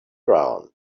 ground